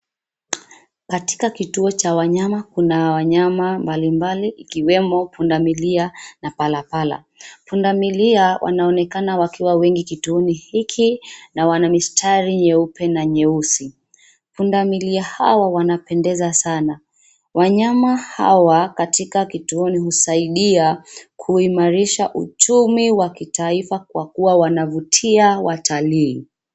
Katika kituo cha wanyama kuna wanyama mbalimbali wakiwemo pundamilia na palapala. Pundamilia wanaonekana wakiwa wengi kituoni hiki na wana mistari nyeupe na nyeusi. Pundamilia hawa wanapendeza sana. Wanyama hawa katika kituoni husaidia kuimarisha uchumi wa kitaifa kwa kuwa wanafuvtia watalii.